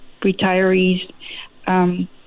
retirees